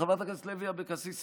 חברת הכנסת לוי אבקסיס,